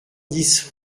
dix